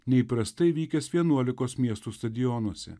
neįprastai vykęs vienuolikos miestų stadionuose